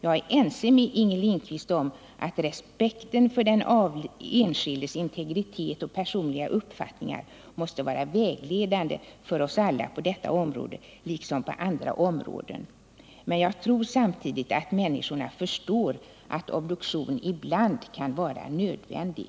Jag är ense med Inger Lindquist om att respekten för den enskildes integritet och personliga uppfattningar måste vara vägledande för oss alla på detta område liksom på andra områden. Men jag tror samtidigt att människorna förstår att obduktion ibland kan vara nödvändig.